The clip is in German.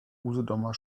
usedomer